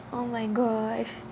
oh my god